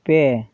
ᱯᱮ